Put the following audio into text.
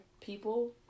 people